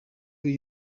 iyi